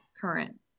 current